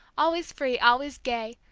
always free, always gay,